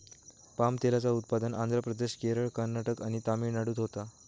palm तेलाचा उत्पादन आंध्र प्रदेश, केरळ, कर्नाटक आणि तमिळनाडूत होता